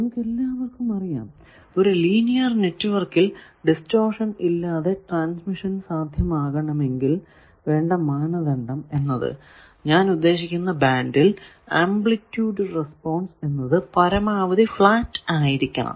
നമുക്കെല്ലാവർക്കും അറിയാം ഒരു ലീനിയർ നെറ്റ്വർക്കിൽ ഡിസ്റ്റോർഷൻ ഇല്ലാതെ ട്രാൻസ്മിഷൻ സാധ്യമാകണമെങ്കിൽ വേണ്ട മാനദണ്ഡം ഞാൻ ഉദ്ദേശിക്കുന്ന ബാൻഡിൽ ആംപ്ലിറ്റൂഡ് റെസ്പോൺസ് എന്നത് പരമാവധി ഫ്ലാറ്റ് ആയിരിക്കണം